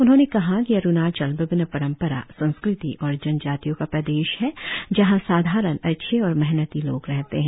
उन्होंने कहा कि अरुणाचल विभिन्न परंपरा संस्कृति और जनजातियों का प्रदेश है जहां साधारण अच्छे और मेहनती लोग रहते है